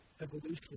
Evolution